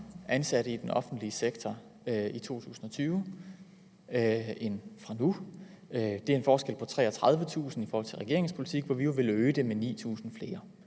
ansatte i den offentlige sektor i 2020 i forhold til nu. Det er en forskel på 33.000 i forhold til regeringens politik, hvor vi jo vil øge det med 9.000.